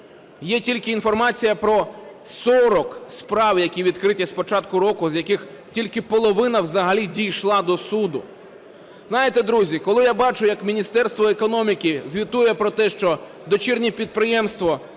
Є тільки інформація про 40 справ, які відкриті з початку року, з яких тільки половина взагалі дійшла до суду. Знаєте друзі, коли я бачу, як Міністерство економіки звітує про те, що дочірнє підприємство